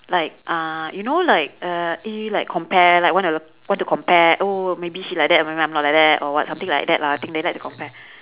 like uh you know like uh eh like compare like wanna want to compare oh maybe she like that maybe I not like that think or what something like that lah they like to compare